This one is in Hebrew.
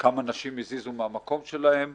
כמה נשים הזיזו מהמקום שלהם,